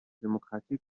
démocratique